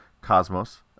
Cosmos